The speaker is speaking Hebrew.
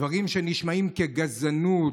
דברים שנשמעים כגזענות,